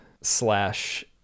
slash